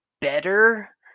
better